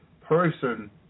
person